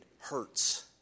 hurts